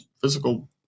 physical